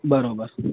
બરાબર